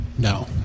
No